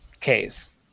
case